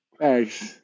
Thanks